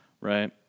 Right